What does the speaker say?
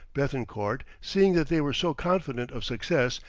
bethencourt seeing that they were so confident of success,